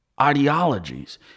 ideologies